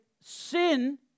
sin